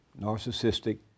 narcissistic